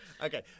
Okay